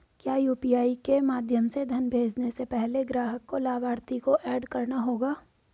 क्या यू.पी.आई के माध्यम से धन भेजने से पहले ग्राहक को लाभार्थी को एड करना होगा?